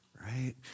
right